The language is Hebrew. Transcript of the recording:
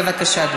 בבקשה.